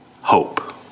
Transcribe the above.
hope